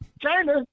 China